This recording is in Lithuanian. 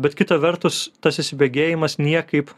bet kita vertus tas įsibėgėjimas niekaip